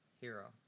hero